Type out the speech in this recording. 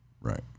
Right